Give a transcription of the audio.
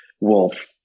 wolf